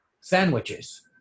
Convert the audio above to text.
sandwiches